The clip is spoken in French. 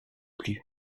plus